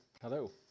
hello